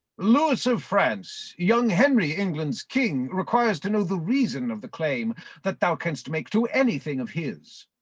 lewis of france, young henry, england's king requires to know the reason of the claim that thou canst make to anything of his.